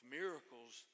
miracles